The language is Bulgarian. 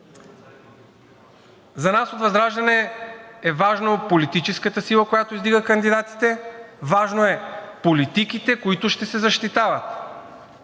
За нас от ВЪЗРАЖДАНЕ е важно политическата сила, която издига кандидати, важно е политиките, които ще се защитават.